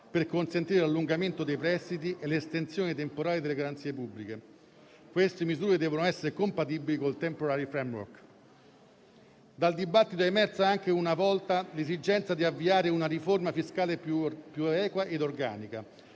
per consentire l'allungamento dei prestiti e l'estensione temporale delle garanzie pubbliche. Queste misure devono essere compatibili col *temporary framework.* Dal dibattito è emersa anche l'esigenza di avviare una riforma fiscale più equa e organica.